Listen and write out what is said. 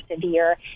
severe